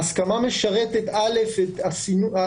ההסכמה משרתת גם את הסימון,